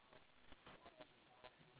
it's saltwater